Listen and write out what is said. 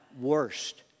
worst